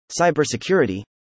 cybersecurity